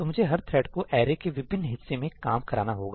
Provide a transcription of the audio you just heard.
तो मुझे हर थ्रेड को अरेarray के विभिन्न हिस्से में काम कराना होगा